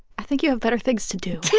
i think you have better things to do